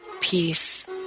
peace